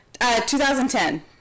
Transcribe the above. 2010